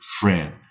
friend